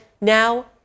Now